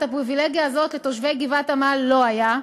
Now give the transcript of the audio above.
הפריבילגיה הזאת לתושבי גבעת-עמל לא הייתה.